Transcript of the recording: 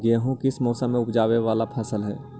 गेहूं किस मौसम में ऊपजावे वाला फसल हउ?